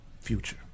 Future